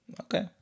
okay